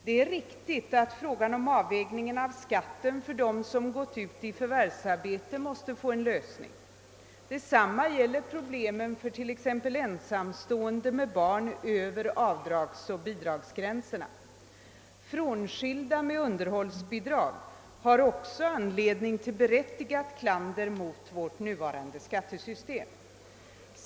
Det är riktigt att frågan om avvägningen av skatten för dem som gått ut i förvärvsarbete måste få en lösning. Detsamma gäller problemen för t.ex. ensamstående med barn över avdragsoch bidragsgränserna. Frånskilda med underhållsbidrag har också anledning till berättigat klander mot vårt nuvarande skattesystem.